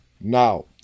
Now